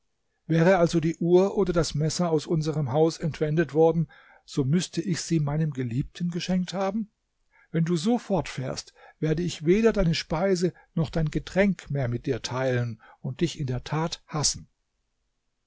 wäre also die uhr oder das messer aus unserem haus entwendet worden so müßte ich sie meinem geliebten geschenkt haben wenn du so fortfährst werde ich weder deine speise noch dein getränk mehr mit dir teilen und dich in der tat hassen